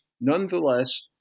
nonetheless